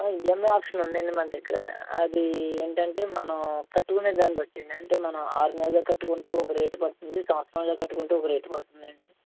ఆ EMI option ఉందండి మన దగ్గర అది ఏంటంటే మనం కట్టుకునే దాన్ని బట్టి అంటే మనం ఆరు నెలలు కట్టుకుంటే ఒక రేటు పడుతుంది సంవత్సరంలో కట్టుకుంటే ఒక రేటు పడుతుందండి